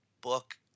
book